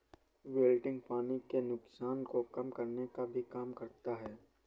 wilting पानी के नुकसान को कम करने का भी काम करता है